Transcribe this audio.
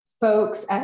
folks